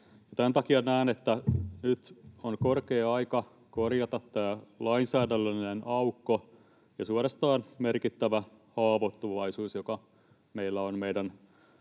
Tämän takia näen, että nyt on korkea aika korjata tämä lainsäädännöllinen aukko ja suorastaan merkittävä haavoittuvaisuus, joka meillä on meidän